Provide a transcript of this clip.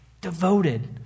Devoted